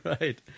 Right